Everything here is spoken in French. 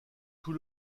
tout